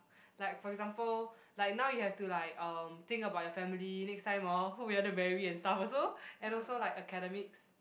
like for example like now you have to like um think about your family next time orh who you want to marry and stuff also and also like academics